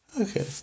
okay